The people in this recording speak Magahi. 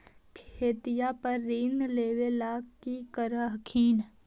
खेतिया पर ऋण लेबे ला की कर हखिन?